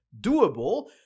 doable